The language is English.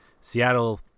Seattle